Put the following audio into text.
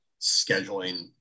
scheduling